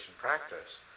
practice